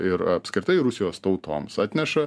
ir apskritai rusijos tautoms atneša